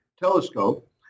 telescope